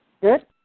Good